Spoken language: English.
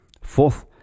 Fourth